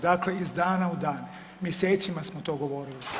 Dakle, iz dana u dan, mjesecima smo to govorili.